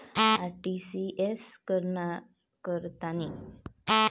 RTGS करतांनी IFSC न number असनं जरुरीच हाय का?